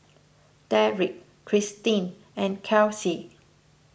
Derik Christine and Kelsie